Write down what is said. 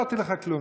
לא אמרתי לך כלום.